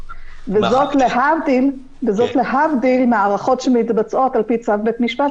וזאת להבדיל מהארכות שמתבצעות על פי צו בית משפט,